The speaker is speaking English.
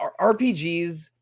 RPGs